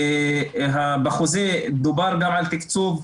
בחוזה דובר גם על תקצוב.